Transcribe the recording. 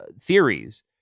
theories